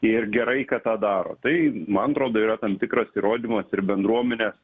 ir gerai kad tą daro tai man atrodo yra tam tikras įrodymas ir bendruomenės